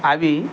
అవి